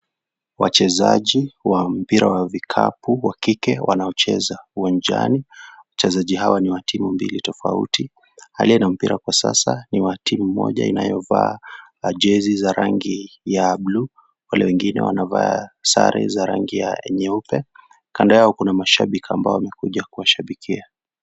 Wachezaji wa mpira wa vikapu wa kike wanaocheza uwanjani, wachezaji hawa ni wa timu mbili tofauti . Aliye na mpira sasa ni wa timu moja inayovaa jezi za rangi ya bluu wale wengine wanavaa sare za rangi nyeupe. Kando yao kuna mashabiki ambao wamekuja kuwashabikia.